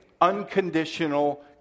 unconditional